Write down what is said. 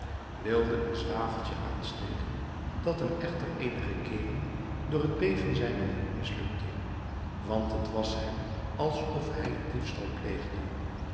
wilde een zwaveltje aansteken dat hem echter eenige keeren door het beven zijner hand mislukte want t was hem alsof hij een diefstal pleegde